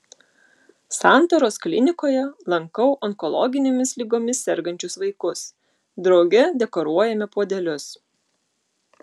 santaros klinikoje lankau onkologinėmis ligomis sergančius vaikus drauge dekoruojame puodelius